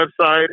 website